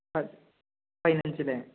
പതിനഞ്ചല്ലേ